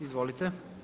Izvolite.